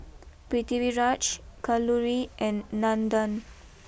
Pritiviraj Kalluri and Nandan